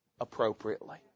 appropriately